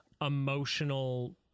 emotional